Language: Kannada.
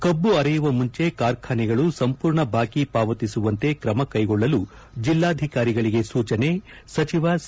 ಕಬ್ಲು ಅರೆಯುವ ಮುಂಚೆ ಕಾರ್ಖಾನೆಗಳು ಸಂಪೂರ್ಣ ಬಾಕಿ ಪಾವತಿಸುವಂತೆ ಕ್ರಮ ಕೈಗೊಳ್ಳಲು ಜೆಲ್ಲಾಧಿಕಾರಿಗಳಿಗೆ ಸೂಜೆ ಸಚಿವ ಸಿ